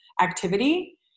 activity